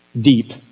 deep